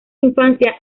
infancia